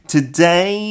Today